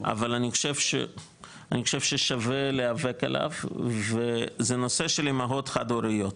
אבל אני חושב ששווה להיאבק עליו וזה נושא של אימהות חד הוריות,